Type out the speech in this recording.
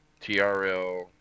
TRL